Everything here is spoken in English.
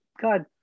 God